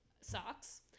socks